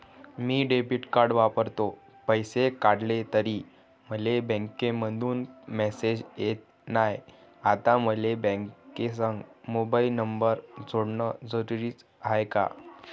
मी debit card वापरतो, पैसे काढले तरी मले बँकेमंधून मेसेज येत नाय, आता मले बँकेसंग मोबाईल नंबर जोडन जरुरीच हाय का?